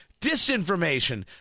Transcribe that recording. Disinformation